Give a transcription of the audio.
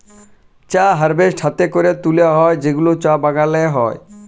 চা হারভেস্ট হ্যাতে ক্যরে তুলে হ্যয় যেগুলা চা বাগালে হ্য়য়